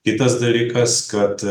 kitas dalykas kad